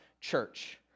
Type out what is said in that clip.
church